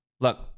Look